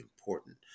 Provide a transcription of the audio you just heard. important